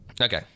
Okay